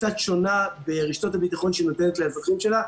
קצת שונה ברשתות הביטחון שהיא נותנת לאזרחים שלה.